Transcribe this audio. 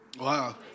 Wow